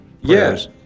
yes